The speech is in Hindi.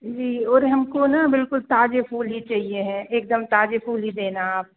जी और हमको ना बिल्कुल ताज़े फूल ही चाहिए है एकदम ताज़े फूल ही देना आप